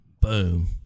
Boom